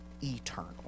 eternal